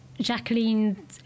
Jacqueline